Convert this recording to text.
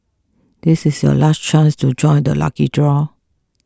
this is your last chance to join the lucky draw